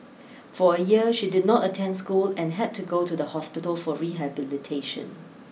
for a year she did not attend school and had to go to the hospital for rehabilitation